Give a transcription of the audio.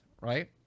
right